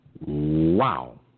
Wow